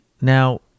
Now